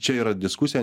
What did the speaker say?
čia yra diskusija